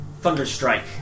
Thunderstrike